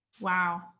Wow